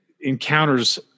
encounters